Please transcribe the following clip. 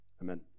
Amen